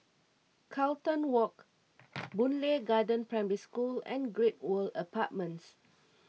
Carlton Walk Boon Lay Garden Primary School and Great World Apartments